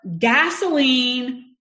gasoline